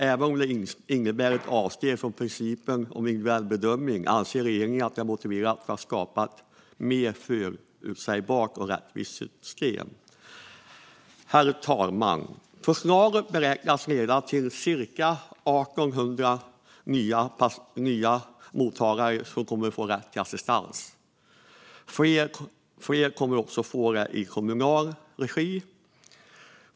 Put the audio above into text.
Även om det innebär ett avsteg från principen om individuell bedömning anser regeringen att det är motiverat för att skapa ett mer förutsägbart och rättvist system. Herr talman! Förslagen beräknas leda till att cirka 1 800 nya mottagare får rätt till assistans. Fler kommer också att få det i kommunal regi.